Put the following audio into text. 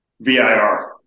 VIR